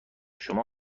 شما